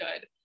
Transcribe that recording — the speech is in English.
good